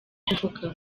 kuvuga